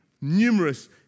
numerous